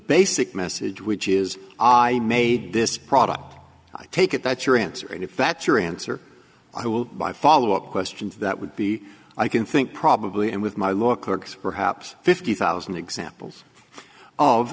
basic message which is i made this product i take it that's your answer and if that's your answer i will by follow up questions that would be i can think probably and with my law clerks perhaps fifty thousand examples of